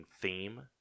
theme